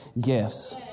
gifts